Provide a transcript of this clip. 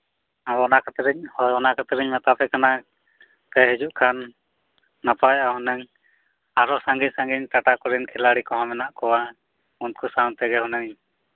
ᱟᱫᱚ ᱚᱱᱟ ᱠᱷᱟᱹᱛᱤᱨᱤᱧ ᱦᱳᱭ ᱚᱱᱟ ᱠᱷᱟᱹᱛᱤᱨᱤᱧ ᱢᱮᱛᱟᱯᱮ ᱠᱟᱱᱟ ᱯᱮ ᱦᱤᱡᱩᱜ ᱠᱷᱟᱱ ᱱᱟᱯᱟᱭᱚᱜᱼᱟ ᱦᱩᱱᱟᱹᱝ ᱟᱨᱚ ᱥᱟᱺᱜᱤᱧᱼᱥᱟᱺᱜᱤᱧ ᱴᱟᱴᱟ ᱠᱚᱨᱮᱱ ᱠᱷᱤᱞᱟᱲᱤ ᱠᱚᱦᱚᱸ ᱢᱮᱱᱟᱜ ᱠᱚᱣᱟ ᱩᱱᱠᱩ ᱥᱟᱶᱛᱮᱜᱮ ᱦᱩᱱᱟᱹᱝ